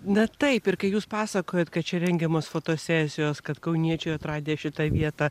na taip ir kai jūs pasakojot kad čia rengiamos fotosesijos kad kauniečiai atradę šitą vietą